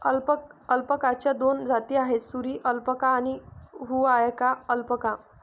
अल्पाकाच्या दोन जाती आहेत, सुरी अल्पाका आणि हुआकाया अल्पाका